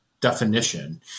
definition